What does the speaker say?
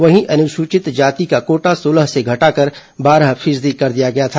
वहीं अनुसूचित जाति का कोटा सोलह से घटाकर बारह फीसदी कर दिया गया था